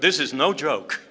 this is no joke